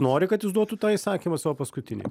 nori kad jis duotų tą įsakymą savo paskutinį